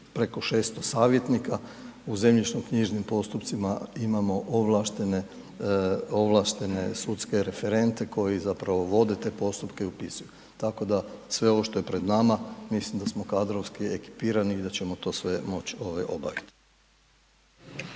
preko 600 savjetnika. U zemljišnoknjižnim postupcima imamo ovlaštene sudske referente koji zapravo vode te postupke i upisuju. Tako da sve ono što je pred nama, mislim da smo kadrovski ekipirani i da ćemo to sve moći obaviti.